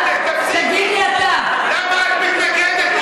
למה את מתנגדת?